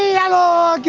hello